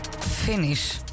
finish